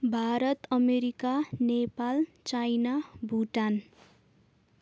Bharat America Nepal China Bhutan